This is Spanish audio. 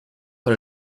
por